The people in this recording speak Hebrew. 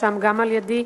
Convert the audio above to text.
גם אז על-ידי,